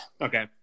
Okay